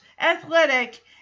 athletic